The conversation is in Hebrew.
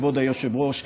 כבוד היושב-ראש,